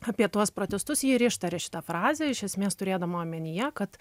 apie tuos protestus ji ir ištarė šitą frazę iš esmės turėdama omenyje kad